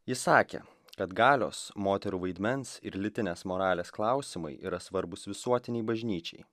jis sakė kad galios moterų vaidmens ir lytinės moralės klausimai yra svarbūs visuotinei bažnyčiai